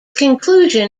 conclusion